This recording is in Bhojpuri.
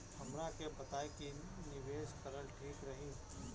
हमरा के बताई की निवेश करल ठीक रही?